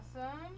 awesome